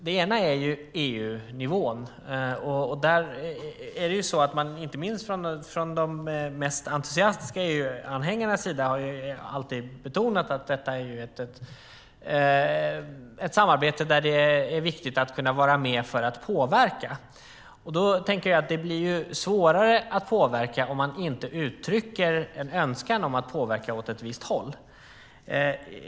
Det ena är EU-nivån. Inte minst från de mest entusiastiska EU-anhängarnas sida har man alltid betonat att detta är ett samarbete där det är viktigt att vara med för att kunna påverka. Då tänker jag att det blir svårare att påverka om man inte uttrycker en önskan om att påverka åt ett visst håll.